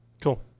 Cool